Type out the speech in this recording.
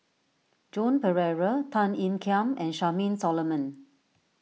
Joan Pereira Tan Ean Kiam and Charmaine Solomon